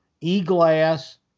e-glass